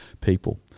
people